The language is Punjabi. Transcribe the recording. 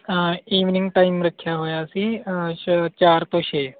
ਈਵਨਿੰਗ ਟਾਈਮ ਰੱਖਿਆ ਹੋਇਆ ਅਸੀਂ ਛ ਚਾਰ ਤੋਂ ਛੇ